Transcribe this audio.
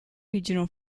regional